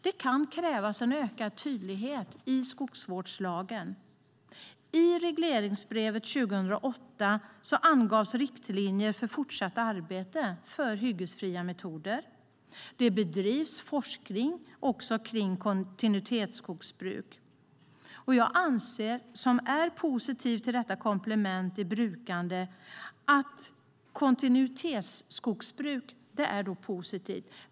Det kan krävas en ökad tydlighet i skogsvårdslagen. I regleringsbrevet 2008 angavs riktlinjer för fortsatt arbete för hyggesfria metoder. Det bedrivs forskning om kontinuitetsskogsbruk. Jag, som är positiv till detta komplement i brukandet, anser att kontinuitetsskogsbruk är positivt.